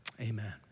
Amen